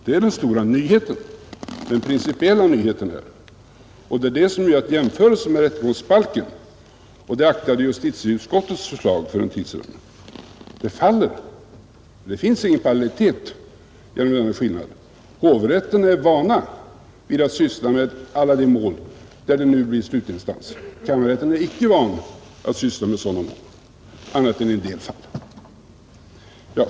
Det är den stora, principiella nyheten. Det är därför som jämförelsen med rättegångsbalken och det aktade justitieutskottets förslag för en tid sedan faller. Det finns ingen parallellitet, det är skillnaden. Hovrätterna är vana att syssla med alla de mål för vilka de nu blir slutinstans; kammarrätten är inte van att syssla med sådana mål annat än i en del fall.